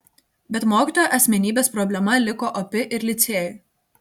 bet mokytojo asmenybės problema liko opi ir licėjui